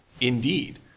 Indeed